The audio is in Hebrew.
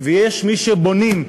ויש מי שבונים,